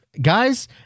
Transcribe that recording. Guys